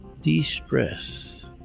de-stress